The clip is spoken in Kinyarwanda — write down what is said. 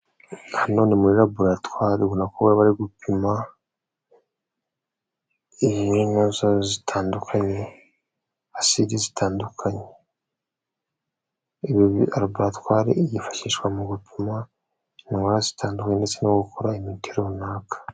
Na none muri laboratware ibona ko baba bari gupima acide zitandukanye .Laboratware yifashishwa mu gupima indwa zitandukanye ndetse no gukora imiti runaka.